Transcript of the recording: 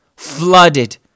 flooded